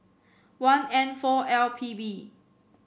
one N four L P B